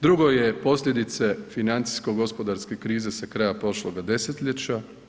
Drugo je posljedice financijsko-gospodarske krize sa kraja prošloga desetljeća.